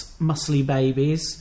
musclybabies